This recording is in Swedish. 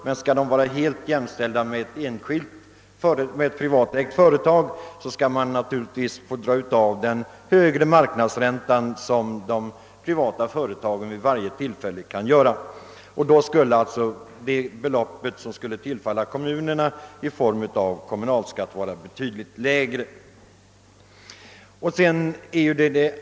Men skall Vattenfall vara helt jämställt med ett privatägt företag, skall man naturligtvis dra av den högre marknadsränta som de privata företagen vid varje tillfälle kan dra av. Härigenom bleve det skattebelopp som skulle tillfalla kommunerna betydligt lägre än vad motionärerna räknar med.